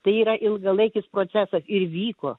tai yra ilgalaikis procesas ir vyko